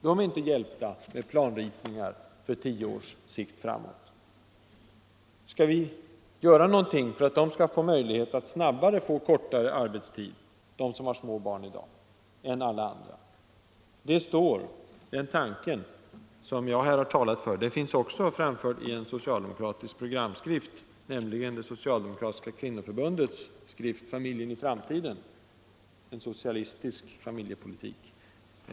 De är inte hjälpta med planritningar som kan förverkligas om tio år. Skall vi göra någonting för att de som har små barn i dag skall få möjlighet att snabbare än andra få kortare arbetstid? Den tanken, som jag här har talat för, finns också framförd i en socialdemokratisk programskrift, nämligen det socialdemokratiska kvinnoförbundets skrift Familjen i framtiden, en socialistisk familjepolitik.